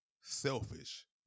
selfish